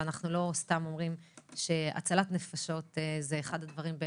אנחנו לא סתם אומרים שהצלת נפשות היא באמת